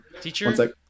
teacher